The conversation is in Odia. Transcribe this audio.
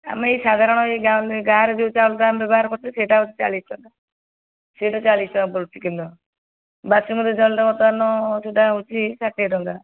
ଆମେ ସାଧାରଣତଃ ଗାଁରେ ଯେଉଁ ଚାଉଳଟା ବ୍ୟବହାର କରୁଛୁ ସେହିଟା ଚାଳିଶ ଟଙ୍କା ସେହିଟା ଚାଳିଶ ଟଙ୍କା ପଡ଼ୁଛି କିଲୋ ବାସୁମତୀ ଚାଉଳଟା ବର୍ତ୍ତମାନ ସେହିଟା ହେଉଛି ଷାଠିଏ ଟଙ୍କା